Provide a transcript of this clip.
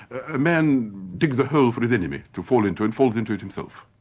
a man digs a hole for his enemy to fall into and falls into it himself.